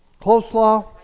coleslaw